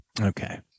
Okay